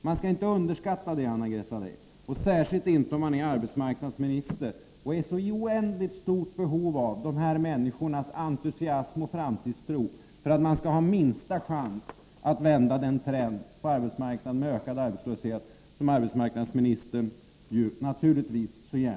Man skall inte underskatta den rädslan, Anna-Greta Leijon, särskilt inte om man är arbetsmarknadsminister och är i så oändligt stort behov av de här människornas entusiasm och framtidstro, för att ha minsta chans att vända trenden på arbetsmarknaden med ökad arbetslöshet, som arbetsmarknadsministern naturligtvis är.